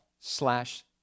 slash